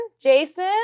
Jason